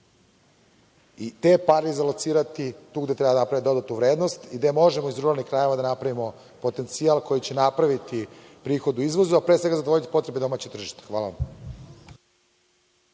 i te pare zalocirati tu gde treba da naprave dodatnu vrednost i gde možemo iz rodnih krajeva da napravimo potencijal koji će napraviti prihod u iznosu, a pre svega zadovoljiti potrebe domaćeg tržišta. Hvala vam.